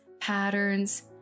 patterns